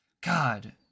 God